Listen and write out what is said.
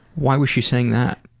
why was she saying that?